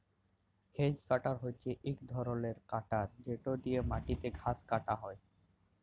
hedge cutter হছে ইক ধরলের কাটার যেট দিঁয়ে মাটিতে ঘাঁস কাটা হ্যয়